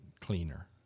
cleaner